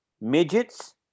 Midgets